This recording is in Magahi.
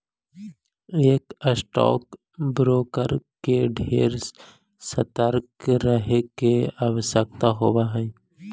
एक स्टॉक ब्रोकर के ढेर सतर्क रहे के आवश्यकता होब हई